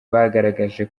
bagaragaje